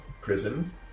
prison